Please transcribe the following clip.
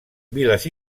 viles